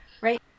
Right